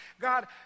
God